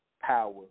power